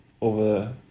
over